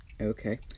Okay